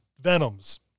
Venoms